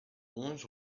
onze